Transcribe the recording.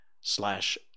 slash